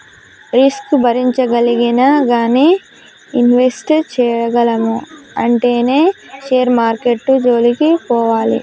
risk భరించగలిగినా గానీ invest చేయగలము అంటేనే షేర్ మార్కెట్టు జోలికి పోవాలి